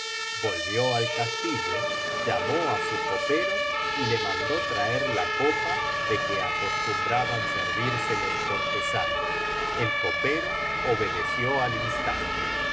volvió al castillo llamó á su copero y le mandó traer la copa de que acostumbraban servirse los cortesanos el copero obedeció al instante